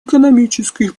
экономических